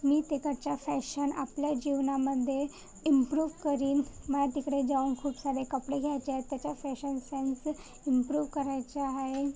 मी तिकडच्या फॅशन आपल्या जीवनामध्ये इम्प्रूव करीन मला तिकडे जाऊन खूप सारे कपडे घ्यायचे आहेत त्याच्या फॅशन सेन्से इम्प्रूव करायचं आहे